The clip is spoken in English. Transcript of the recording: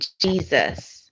Jesus